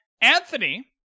Anthony